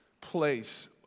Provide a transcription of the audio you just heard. place